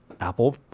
Apple